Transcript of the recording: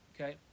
Okay